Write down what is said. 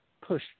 push